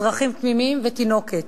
אזרחים תמימים ותינוקת.